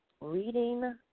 reading